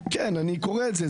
כן, אני קורא את זה.